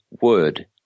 word